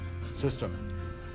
system